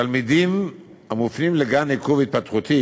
תלמידים המופנים לגן עקב עיכוב התפתחותי